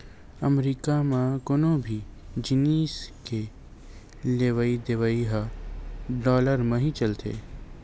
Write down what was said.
अमरीका म कोनो भी जिनिस के लेवइ देवइ ह डॉलर म ही चलथे